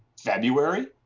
February